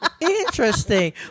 Interesting